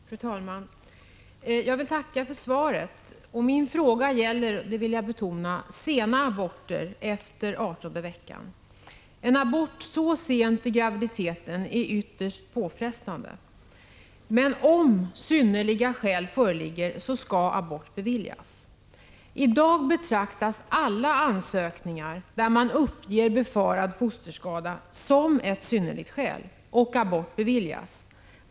Fru talman! Jag vill tacka för svaret. 15 maj 1986 Min fråga gäller — det vill jag betona — sena aborter efter 18:e veckan. En abort så sent i graviditeten är ytterst påfrestande. Men om ”synnerliga skäl” föreligger, skall abort beviljas. I dag beviljas alla ansökningar där man uppger befarad fosterskada som ett —; Om industripolitiska synnerligt skäl.